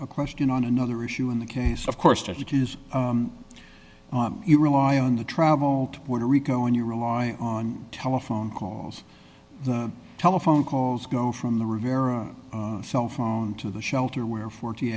a question on another issue in the case of course as it is you rely on the travel to puerto rico and you rely on telephone calls the telephone calls go from the rivera cell phone to the shelter where forty